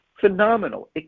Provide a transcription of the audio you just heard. phenomenal